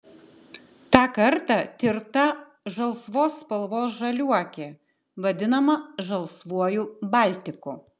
tą kartą tirta žalsvos spalvos žaliuokė vadinama žalsvuoju baltiku